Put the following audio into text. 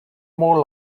more